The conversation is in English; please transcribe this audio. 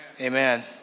amen